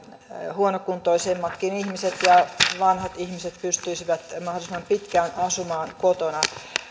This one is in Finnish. huonokuntoisemmatkin ihmiset ja vanhat ihmiset pystyisivät mahdollisimman pitkään asumaan kotona